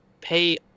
pay